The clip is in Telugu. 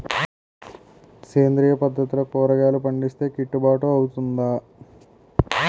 సేంద్రీయ పద్దతిలో కూరగాయలు పండిస్తే కిట్టుబాటు అవుతుందా?